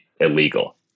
illegal